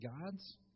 God's